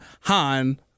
Han